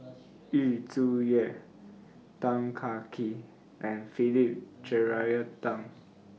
Yu Zhuye Tan Kah Kee and Philip Jeyaretnam